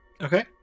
Okay